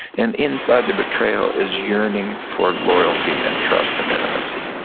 and inside the betrayal is yearning for loyalty and trust and intimacy,